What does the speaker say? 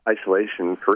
isolation